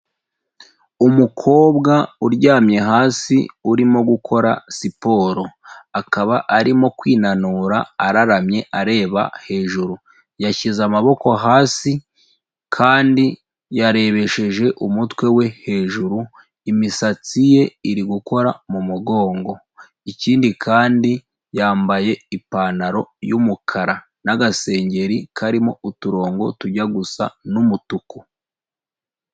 Umukobwa uryamye hasi, urimo gukora siporo, akaba arimo kwinanura araramye areba hejuru, yashyize amaboko hasi, kandi yarebesheje umutwe we hejuru, imisatsi ye iri gukora mu mugongo, ikindi kandi yambaye ipantaro y'umukara, n'agasengeri karimo uturongo tujya gusa n'umutuku.